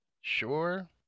sure